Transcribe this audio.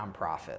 nonprofit